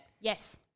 Yes